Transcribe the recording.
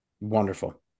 wonderful